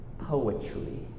Poetry